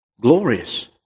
glorious